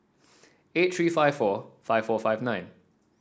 eight three five four five four five nine